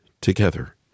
together